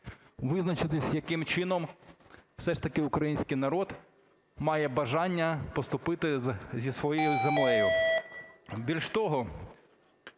визначитись, яким чином все ж таки український народ має бажання поступити зі своєю землею. Більш того,